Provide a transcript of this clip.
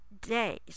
days